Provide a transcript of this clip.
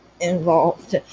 involved